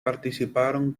participaron